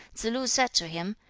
tsze-lu said to him,